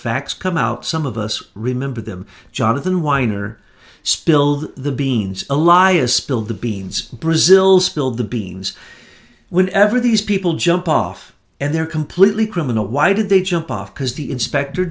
facts come out some of us remember them jonathan winer spilled the beans a lie a spilled the beans brazil spilled the beans when everything these people jump off and they're completely criminal why did they jump off because the inspector